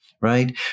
right